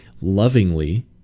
lovingly